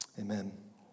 amen